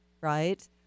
right